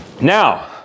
Now